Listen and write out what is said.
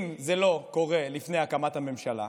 אם זה לא קורה לפני הקמת הממשלה,